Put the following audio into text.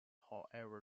however